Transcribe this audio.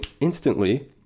instantly